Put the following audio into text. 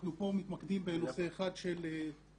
הוא לא רוצה להיות שונה ושידברו עליו לצערי בקהילה ממש מנדים אותך.